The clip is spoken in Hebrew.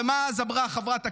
ומה אז אמרה חברת הכנסת?